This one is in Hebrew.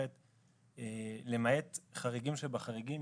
למעט חריגים שבחריגים,